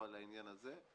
על העניין הזה.